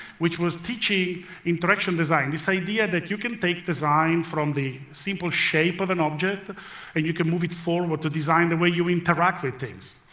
which was teaching interaction design, this idea that you can take design from the simple shape of an object and you can move it forward to design the way you interact with things.